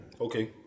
Okay